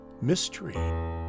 mystery